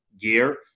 gear